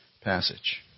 passage